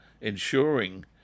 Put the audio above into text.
ensuring